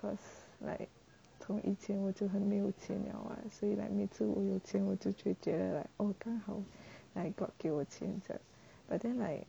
cause like 从以前我就很没有钱了 [what] 所以 like 每次我有钱我就觉得 like !wow! god 给我钱这样 but then like